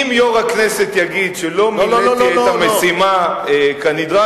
אם יושב-ראש הכנסת יגיד שלא מילאתי את המשימה כנדרש,